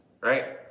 right